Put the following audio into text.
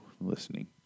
listening